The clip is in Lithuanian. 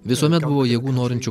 visuomet buvo jėgų norinčių